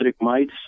mites